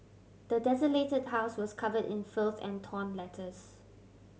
the desolated house was cover in filth and torn letters